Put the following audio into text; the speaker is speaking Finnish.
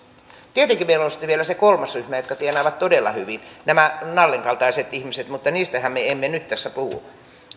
tietenkin meillä on sitten vielä se kolmas ryhmä joka tienaa todella hyvin nämä nallen kaltaiset ihmiset mutta heistähän me emme nyt tässä puhu